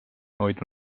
hoida